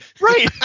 Right